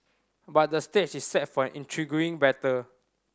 but the stage is set for an intriguing battle